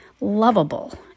lovable